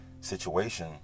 situation